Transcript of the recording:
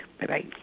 bye-bye